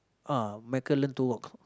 uh Micheal learn to rock